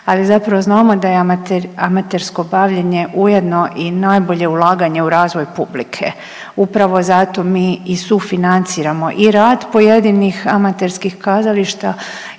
ali zapravo znamo da je amatersko bavljenje ujedno i najbolje ulaganje u razvoj publike. Upravo zato mi i sufinanciramo i rad pojedinih amaterskih kazališta